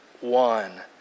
One